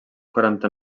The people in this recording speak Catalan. quaranta